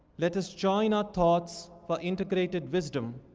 let us join our thoughts for integrated wisdom.